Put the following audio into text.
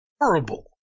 horrible